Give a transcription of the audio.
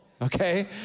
okay